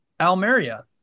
Almeria